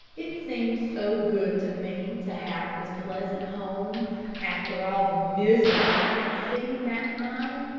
it seemed so good to me to have this pleasant home after all the misery i had seen that night.